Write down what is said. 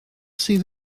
sydd